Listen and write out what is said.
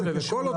כל דבר